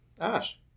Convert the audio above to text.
Ash